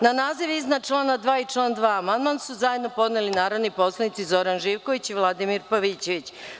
Na naziv iznad člana 2. i član 2. amandman su zajedno podneli narodni poslanici Zoran Živković i Vladimir Pavićević.